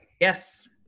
Yes